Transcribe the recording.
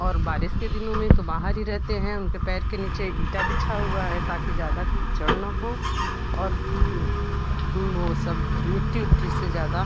और बारिश के दिनों में तो बाहर ही रहते हैं उनके पैर के नीचे ईटा बिछा हुआ है ताकि ज़्यादा कीचड़ न हो और वो सब मिट्टी ओट्टी से ज़्यादा